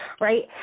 right